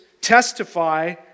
testify